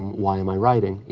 why am i writing? you